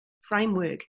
framework